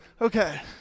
Okay